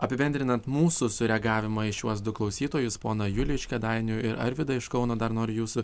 apibendrinant mūsų sureagavimą į šiuos du klausytojus poną julių iš kėdainių ir arvydą iš kauno dar noriu jūsų